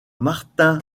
martin